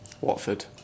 Watford